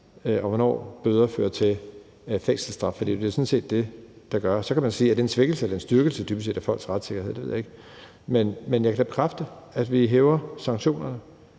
og hvornår bøder fører til fængselsstraf, for det er jo sådan set det, det gør. Så kan man spørge: Er det dybest set en svækkelse eller en styrkelse af folks retssikkerhed? Det ved jeg ikke. Men jeg kan da bekræfte, at vi hæver sanktionerne,